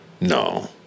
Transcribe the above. No